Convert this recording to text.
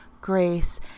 grace